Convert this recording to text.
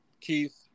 Keith